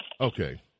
Okay